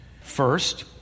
First